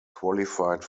qualified